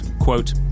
quote